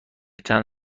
چند